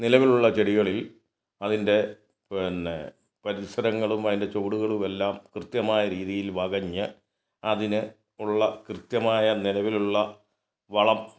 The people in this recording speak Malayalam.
നിലവിലുള്ള ചെടികളില് അതിന്റെ പിന്നെ പരിസരങ്ങളും അതിന്റെ ചുവടുകളുമെല്ലാം കൃത്യമായ രീതിയില് വകഞ്ഞ് അതിന് ഉള്ള കൃത്യമായ നിലവിലുള്ള വളം